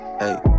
hey